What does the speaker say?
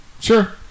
sure